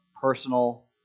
personal